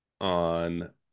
on